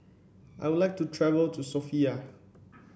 I would like to travel to Sofia